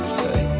say